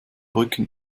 brücken